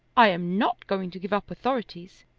i am not going to give up authorities.